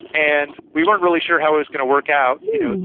and we weren't really sure how it was going to work out, you know,